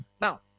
now